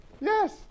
Yes